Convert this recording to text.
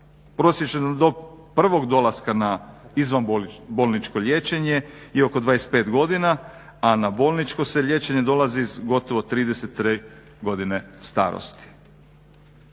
Prosječna dob prvog dolaska na izvanbolničko liječenje je oko 25 godina, a na bolničko se liječenje dolazi s gotovo 33 godine starosti.